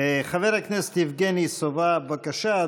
חבר הכנסת יבגני סובה, בבקשה,